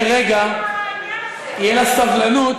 תהיה סבלנות,